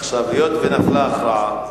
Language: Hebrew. היות שנפלה הכרעה,